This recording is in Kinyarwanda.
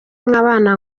mwabana